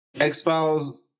X-Files